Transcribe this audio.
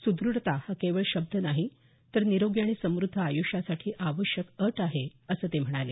सुदृढता हा केवळ शब्द नाही तर निरोगी आणि समद्ध आयुष्यासाठी आवश्यक अट आहे असं ते म्हणाले